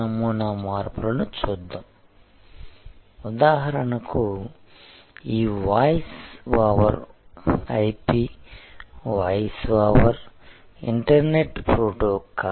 నమూనా మార్పులను చూద్దాం ఉదాహరణకు ఈ voice over IP voice over internet protocol